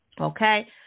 okay